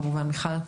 כמובן מיכל,